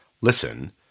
listen